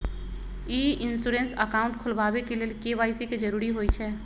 ई insurance account खोलबाबे के लेल के.वाई.सी के जरूरी होइ छै